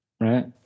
right